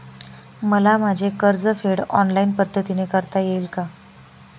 मला माझे कर्जफेड ऑनलाइन पद्धतीने करता येईल का?